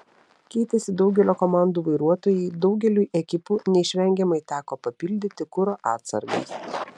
keitėsi daugelio komandų vairuotojai daugeliui ekipų neišvengiamai teko papildyti kuro atsargas